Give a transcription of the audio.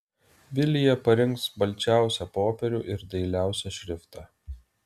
vilija parinks balčiausią popierių ir dailiausią šriftą